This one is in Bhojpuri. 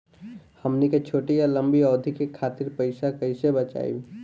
हमन के छोटी या लंबी अवधि के खातिर पैसा कैसे बचाइब?